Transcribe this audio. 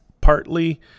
Partly